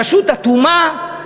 רשות אטומה,